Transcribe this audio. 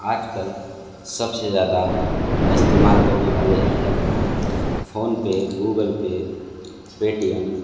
आज कल सब से ज़्यादा इस्तेमाल करने वाले एप हैं फ़ौनपे गूगल पे पेटीएम